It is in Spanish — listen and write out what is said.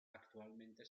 actualmente